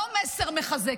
לא מסר מחזק,